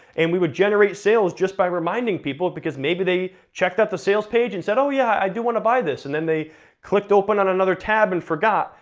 and we would generate sales just by reminding people, because maybe they checked out the sales page and said, oh yeah, i do wanna buy this, and then they clicked open on another tab and forgot,